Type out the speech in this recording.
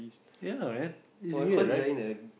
yea man it's weird right